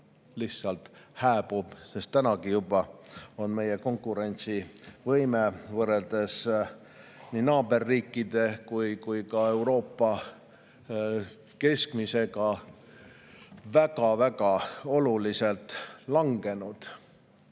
lihtsalt hääbub. Juba tänagi on meie konkurentsivõime võrreldes nii naaberriikide kui ka Euroopa keskmisega väga-väga oluliselt langenud.